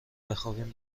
بخوابیم